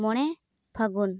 ᱢᱚᱬᱮ ᱯᱷᱟᱹᱜᱩᱱ